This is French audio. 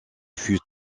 fut